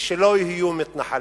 ולא יהיו מתנחלים,